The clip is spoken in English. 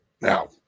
Now